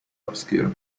obscure